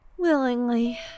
willingly